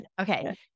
Okay